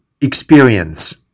experience